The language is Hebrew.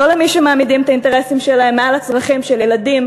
לא למי שמעמידים את האינטרסים שלהם מעל הצרכים של ילדים,